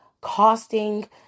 costing